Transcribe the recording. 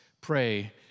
pray